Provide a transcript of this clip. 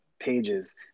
pages